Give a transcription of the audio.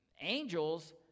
angels